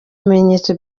ibimenyetso